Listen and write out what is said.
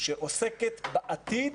שעוסקת בעתיד